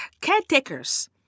caretakers